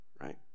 right